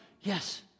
Yes